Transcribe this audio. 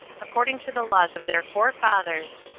according to the laws of their forefathers,